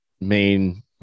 main